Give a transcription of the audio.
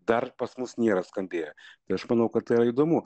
dar pas mus nėra skambėję tai aš manau kad tai yra įdomu